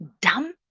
dumb